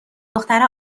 دختره